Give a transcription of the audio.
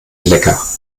lecker